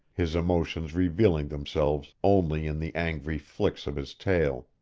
his emotions revealing themselves only in the angry flicks of his tail.